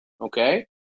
okay